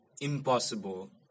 impossible